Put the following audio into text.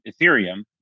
Ethereum